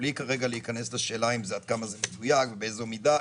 בלי להיכנס כרגע לשאלה באיזו מידה זה מדויק